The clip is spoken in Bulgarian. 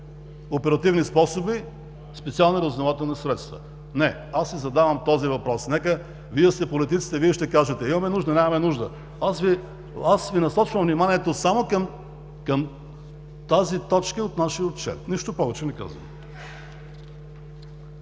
оперативни способи – специални разузнавателни средства?“ Не. Аз си задавам този въпрос. Вие сте политиците, Вие ще кажете – имаме нужда, нямаме нужда. Аз Ви насочвам вниманието само към тази точка от нашия отчет, нищо повече не казвам.